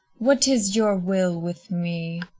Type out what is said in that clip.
what is your will with me?